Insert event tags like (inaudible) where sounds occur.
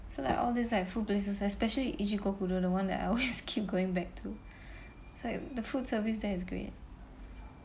so like all these like food places especially Ichikokudo the one that I always (laughs) keep going back to it's like the food service there is great